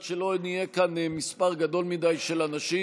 שלא נהיה כאן מספר גדול מדי של אנשים.